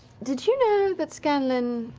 did you know that scanlan